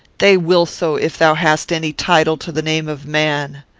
they will so, if thou hast any title to the name of man.